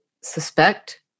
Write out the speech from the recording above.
suspect